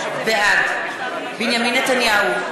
בעד בנימין נתניהו,